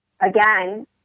again